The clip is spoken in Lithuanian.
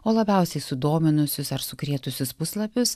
o labiausiai sudominusius ar sukrėtusius puslapius